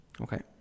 Okay